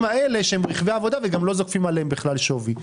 האלה שהם רכבי עבודה וגם לא זוקפים עליהם בכלל שווי.